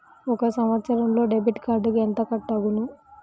ఒక సంవత్సరంలో డెబిట్ కార్డుకు ఎంత కట్ అగును?